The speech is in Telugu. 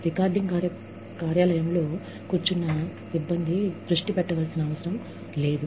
రికార్డింగ్ కార్యాలయంలో కూర్చున్న సిబ్బంది దృష్టి పెట్టవలసిన అవసరం లేదు